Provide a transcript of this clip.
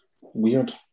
weird